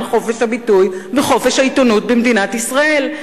חופש הביטוי וחופש העיתונות במדינת ישראל.